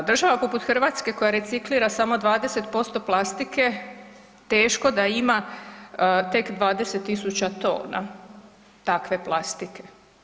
Država poput Hrvatske koja reciklira samo 20% plastike teško da ima tek 20.000 tona takve plastike.